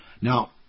Now